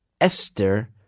Esther